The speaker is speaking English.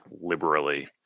liberally